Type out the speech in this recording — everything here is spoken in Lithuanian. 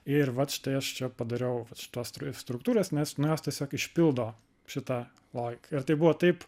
ir vat štai aš čia padariau vat šituos struktūras nes na jos tiesiog išpildo šitą logiką ir tai buvo taip